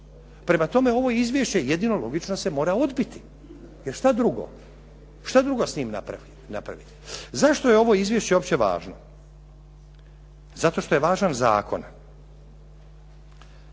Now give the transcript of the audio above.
Prema tome, ovo izvješće jedino logično se mora odbiti, jer šta drugo, šta drugo s njim napraviti. Zašto je ovo izvješće uopće važno? Zato što je važan zakon.